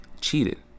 cheated